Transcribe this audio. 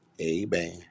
Amen